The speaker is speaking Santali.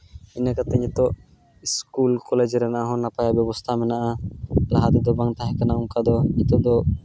ᱤᱱᱟᱹ ᱠᱟᱛᱮᱫ ᱱᱤᱛᱳᱜ ᱥᱠᱩᱞ ᱠᱚᱞᱮᱡᱽ ᱨᱮᱱᱟᱜ ᱦᱚᱸ ᱱᱟᱯᱟᱭ ᱵᱮᱵᱚᱥᱛᱷᱟ ᱢᱮᱱᱟᱜᱼᱟ ᱞᱟᱦᱟ ᱛᱮᱫᱚ ᱵᱟᱝ ᱛᱟᱦᱮᱸ ᱠᱟᱱᱟ ᱚᱱᱟᱠ ᱫᱚ ᱱᱤᱛᱳᱜ ᱫᱚ